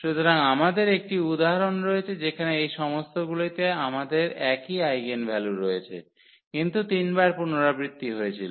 সুতরাং আমাদের একটি উদাহরণ রয়েছে যেখানে এই সমস্তগুলিতে আমাদের একই আইগেনভ্যালু রয়েছে কিন্তু তিনবার পুনরাবৃত্তি হয়েছিল